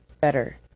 better